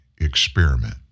experiment